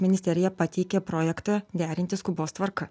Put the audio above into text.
ministerija pateikė projektą derinti skubos tvarka